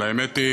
אבל האמת היא